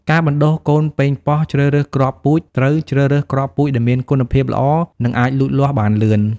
ការបណ្ដុះកូនប៉េងប៉ោះជ្រើសរើសគ្រាប់ពូជ ត្រូវជ្រើសរើសគ្រាប់ពូជដែលមានគុណភាពល្អ និងអាចលូតលាស់បានលឿន។